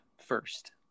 first